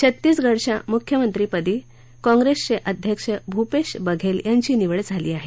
छत्तीसगडच्या मुख्यमंत्रीपदी प्रदेश कांग्रेसचे अध्यक्ष भूपेश बघेल यांची निवड झाली आहे